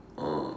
oh